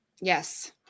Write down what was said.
Yes